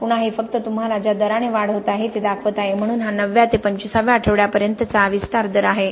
पुन्हा हे फक्त तुम्हाला ज्या दराने वाढ होत आहे ते दाखवत आहे म्हणून हा 9व्या ते 25व्या आठवड्यापर्यंतचा विस्तार दर आहे